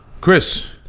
Chris